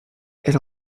elle